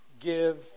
give